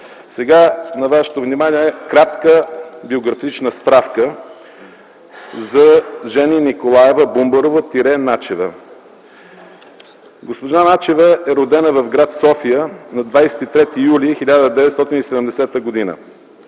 Сега на вашето внимание ще представя кратка биографична справка за Жени Николаева Бумбарова-Начева. Госпожа Начева е родена в гр. София на 23 юли 1970 г.